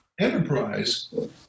enterprise